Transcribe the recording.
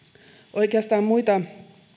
oikeastaan muuta